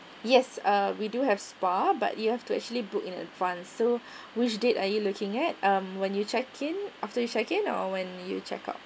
yes uh we do have spa but you have to actually book in advance so which date are you looking at um when you check in after you check in or when you check out